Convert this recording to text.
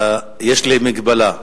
יש לי מגבלה,